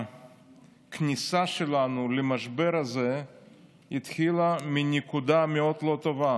הכניסה שלנו למשבר הזה התחילה מנקודה מאוד לא טובה.